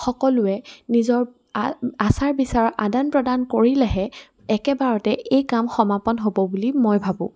সকলোৱে নিজৰ আচাৰ বিচাৰৰ আদান প্ৰদান কৰিলেহে একেবাৰতেই এই কাম সমাপন হ'ব বুলি মই ভাবোঁ